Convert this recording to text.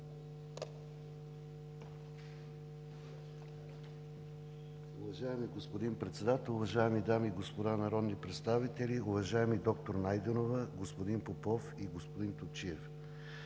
Уважаеми господин Председател, уважаеми дами и господа народни представители! Уважаеми доктор Найденова, господин Попов и господин Топчиев!